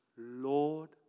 Lord